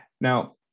Now